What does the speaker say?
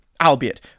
albeit